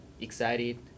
excited